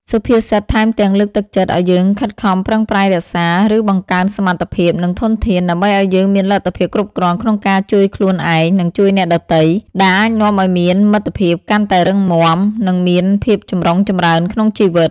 សុភាសិតថែមទាំងលើកទឹកចិត្តឱ្យយើងខិតខំប្រឹងប្រែងរក្សា ឬបង្កើនសមត្ថភាព និងធនធាន ដើម្បីឱ្យយើងមានលទ្ធភាពគ្រប់គ្រាន់ក្នុងការជួយខ្លួនឯង និងជួយអ្នកដទៃ ដែលអាចនាំឱ្យមានមិត្តភាពកាន់តែរឹងមាំ និងមានភាពចម្រុងចម្រើនក្នុងជីវិត។